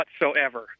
whatsoever